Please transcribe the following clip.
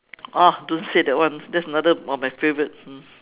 oh don't say that one that's another one of my favourite hmm